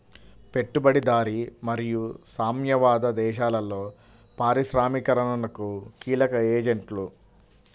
పెట్టుబడిదారీ మరియు సామ్యవాద దేశాలలో పారిశ్రామికీకరణకు కీలక ఏజెంట్లు